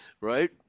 Right